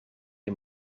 een